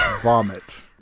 vomit